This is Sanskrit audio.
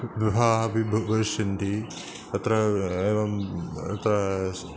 विभावः अपि बहु भविष्यन्ति तत्र एवं अत्र